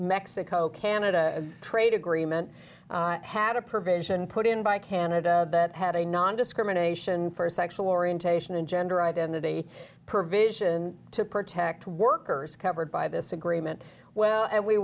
mexico canada trade agreement had a provision put in by canada that had a nondiscrimination for a sexual orientation and gender identity provision to protect workers covered by this agreement well and we